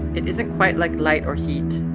it isn't quite like light or heat.